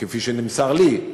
כפי שנמסר לי,